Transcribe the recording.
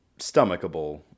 stomachable